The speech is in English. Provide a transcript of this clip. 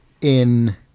in-